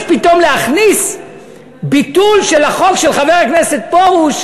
פתאום להכניס ביטול של החוק של חבר הכנסת פרוש,